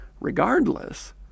Regardless